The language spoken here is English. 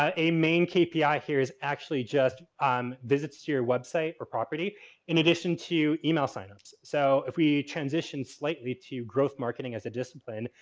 ah a main kpi here is actually just um visits to your website or property in addition to email signups. so, if we transition slightly to growth marketing as a discipline,